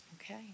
Okay